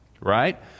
right